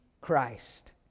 Christ